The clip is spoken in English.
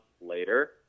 later